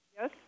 Yes